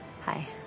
Hi